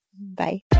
bye